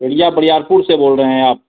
बरिया बरियारपुर से बोल रहे हैं आप